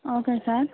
okay sir